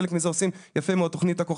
תוכנית הכוכבים עושים חלק מזה יפה מאוד.